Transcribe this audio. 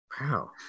Wow